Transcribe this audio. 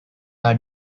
are